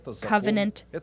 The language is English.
covenant